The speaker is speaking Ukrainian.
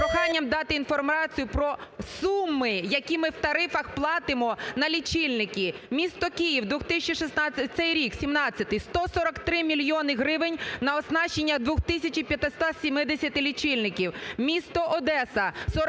проханням дати інформацію про суми, які ми в тарифах платимо на лічильники. Місто Київ 2016 рік… цей рік 2017: 143 мільйони гривень на оснащення 2 тисяч 570 лічильників. Місто Одеса: